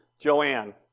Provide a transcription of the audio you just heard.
Joanne